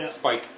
Spike